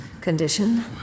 condition